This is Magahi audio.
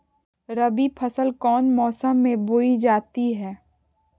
रबी फसल कौन मौसम में बोई जाती है?